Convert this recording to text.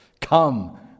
Come